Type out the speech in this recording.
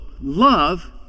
love